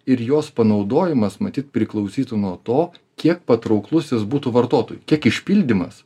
ir jos panaudojimas matyt priklausytų nuo to kiek patrauklus jis būtų vartotojų kiek išpildymas